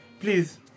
please